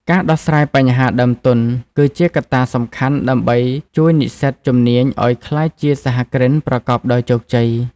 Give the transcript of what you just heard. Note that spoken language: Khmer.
ការដោះស្រាយបញ្ហាដើមទុន គឺជាកត្តាសំខាន់ដើម្បីជួយនិស្សិតជំនាញឱ្យក្លាយជាសហគ្រិនប្រកបដោយជោគជ័យ។